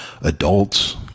adults